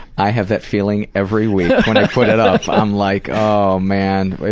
i have that feeling every week when i put i'm like, oh, man.